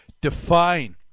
define